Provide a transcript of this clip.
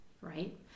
Right